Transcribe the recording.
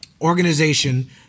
organization